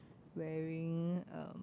wearing a